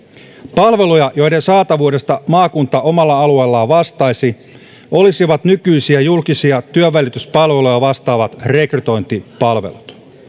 palveluja joiden saatavuudesta maakunta omalla alueellaan vastaisi olisivat nykyisiä julkisia työnvälityspalveluja vastaavat rekrytointipalvelut